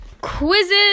Quizzes